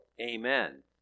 amen